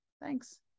thanks